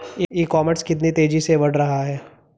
E commerce कितनी तेजी से बढ़ रहा है?